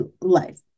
life